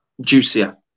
juicier